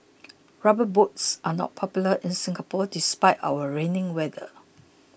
rubber boots are not popular in Singapore despite our rainy weather